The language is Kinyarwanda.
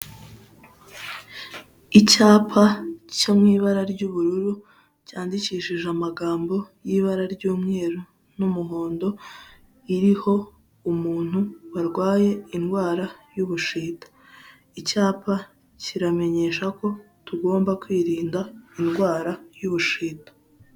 Icyapa cyo mu ibara ry'ubururu, cyandikishije amagambo y'ibara ry'umweru n'umuhondo, iriho umuntu warwaye indwara y'ubushita, icyapa kiramenyesha ko tugomba kwirinda indwara y'ubushita.